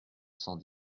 cent